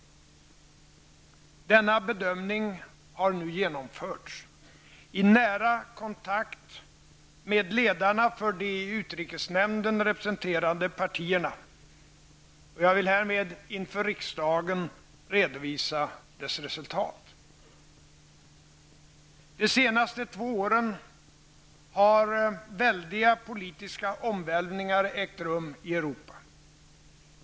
Denna bedömning har nu genomförts, i nära kontakt med ledarna för de i utrikesnämnden representerade partierna. Jag vill härmed inför riksdagen redovisa dess resultat. De senaste två åren har väldiga politiska omvälvningar ägt rum i Europa.